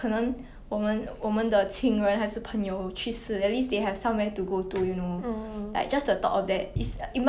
you watch